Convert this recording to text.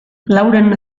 laurehun